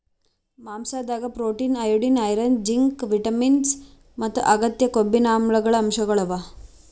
ಮಾಂಸಾದಾಗ್ protein, iodine, iron, zinc, vitamins ಮತ್ತ್ ಅಗತ್ಯ ಕೊಬ್ಬಿನಾಮ್ಲಗಳ್ ಅಂಶಗಳ್ ಇರ್ತವ್